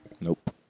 Nope